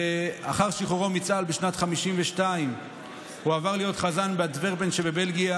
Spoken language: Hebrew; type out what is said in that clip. לאחר שחרורו מצה"ל בשנת 1952 הוא עבר להיות חזן באנטוורפן שבבלגיה.